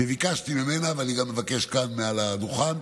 ביקשתי ממנה, ואני גם מבקש כאן מעל הדוכן,